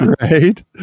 Right